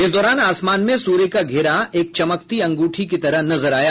इस दौरान आसमान में सूर्य का घेरा एक चमकती अंगूठी की तरह नजर आया